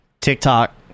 TikTok